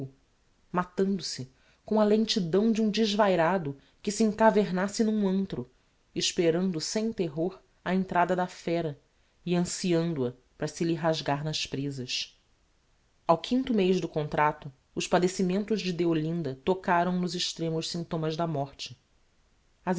o desafogo matando-se com a lentidão de um desvairado que se encavernasse n'um antro esperando sem terror a entrada da fera e anciando a para se lhe rasgar nas presas ao quinto mez do contracto os padecimentos de deolinda tocaram nos extremos symptomas da morte